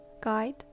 Guide